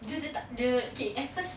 dia dia tak okay at first